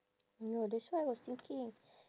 no that's why I was thinking